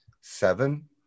seven